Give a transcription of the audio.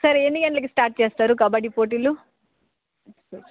సరే ఎన్ని గంటలకి స్టార్ట్ చేస్తారు కబడ్డీ పోటీలు